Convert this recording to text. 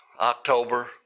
October